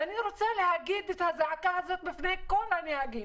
ואני רוצה לזעוק את הזעקה הזאת בפני כל הנהגים: